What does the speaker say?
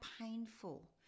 painful